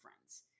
friends